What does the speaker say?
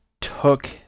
took